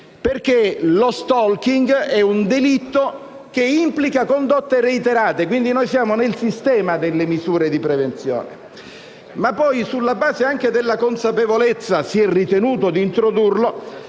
perché lo *stalking* è un delitto che implica condotte reiterate e, quindi, siamo nel sistema delle misure di prevenzione; ma poi, sulla base anche della consapevolezza - si è ritenuto di introdurre